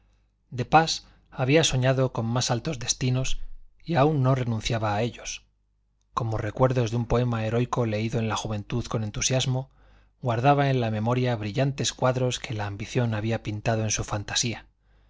de pas había soñado con más altos destinos y aún no renunciaba a ellos como recuerdos de un poema heroico leído en la juventud con entusiasmo guardaba en la memoria brillantes cuadros que la ambición había pintado en su fantasía